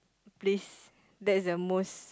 place that's the most